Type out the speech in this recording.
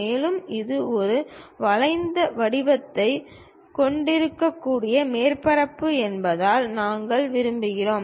மேலும் இது ஒரு வளைந்த வடிவத்தைக் கொண்டிருக்கக்கூடிய மேற்பரப்பு என்பதால் நாங்கள் விரும்புகிறோம்